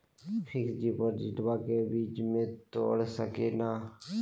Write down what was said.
Fix डिपोजिटबा के बीच में तोड़ सकी ना?